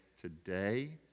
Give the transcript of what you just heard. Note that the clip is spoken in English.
today